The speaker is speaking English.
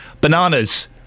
Bananas